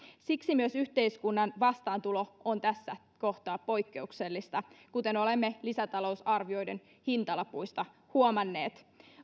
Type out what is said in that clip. siksi myös yhteiskunnan vastaantulo on tässä kohtaa poikkeuksellista kuten olemme lisätalousarvioiden hintalapuista huomanneet